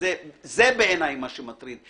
זה בעיניי מה שמטריד.